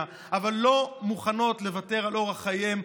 אבל לא מוכנות לוותר על אורח חייהן,